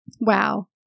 wow